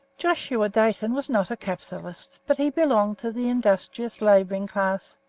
joshua dayton was not a capitalist, but he belonged to the industrious labouring class,